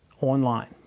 online